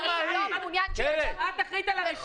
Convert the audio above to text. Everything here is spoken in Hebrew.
את אחראית על הרשימה.